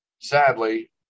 Sadly